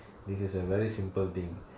this is a very simple thing